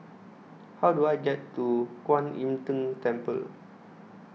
How Do I get to Kuan Im Tng Temple